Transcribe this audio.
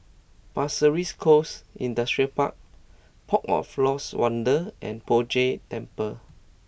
Pasir Ris Coast Industrial Park Port of Lost Wonder and Poh Jay Temple